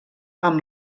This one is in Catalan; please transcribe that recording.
amb